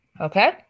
Okay